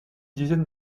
dizaine